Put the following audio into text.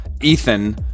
Ethan